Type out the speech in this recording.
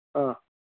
ಹಾಂ